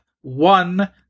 One